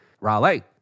Raleigh